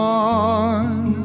on